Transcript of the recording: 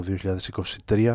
2023